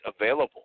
available